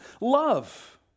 love